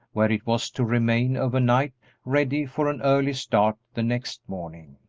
where it was to remain over night ready for an early start the next morning.